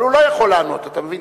אבל הוא לא יכול לענות, אתה מבין?